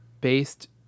based